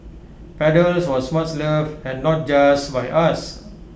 paddles was much loved and not just by us